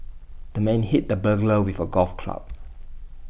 the man hit the burglar with A golf club